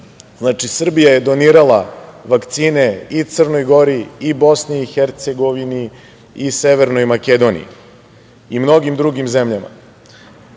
Znači, Srbija je donirala vakcine i Crnoj Gori i BiH i Severnoj Makedoniji i mnogim drugim zemljama.